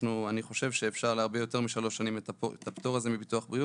אני חושב שאפשר להרבה יותר משלוש שנים לתת את הפטור הזה מביטוח בריאות.